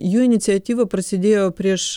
jų iniciatyva prasidėjo prieš